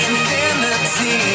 Infinity